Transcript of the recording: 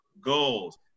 goals